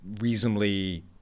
reasonably